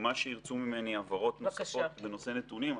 ומה שירצו ממני הבהרות נוספות בנושא נתונים,